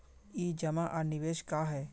ई जमा आर निवेश का है?